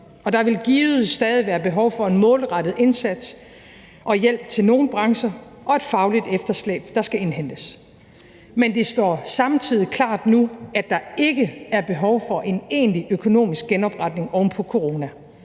Der vil givet stadig være behov for en målrettet indsats og hjælp til nogle brancher og et fagligt efterslæb, der skal indhentes, men det står samtidig klart nu, at der ikke er behov for en egentlig økonomisk genopretning oven på corona.